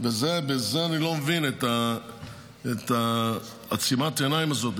אני לא מבין את עצימת העיניים הזו,